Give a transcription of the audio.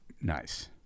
Nice